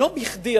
לא בכדי,